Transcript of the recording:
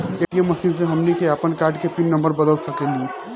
ATM machine से हमनी के आपन कार्ड के पिन नम्बर बदल सके नी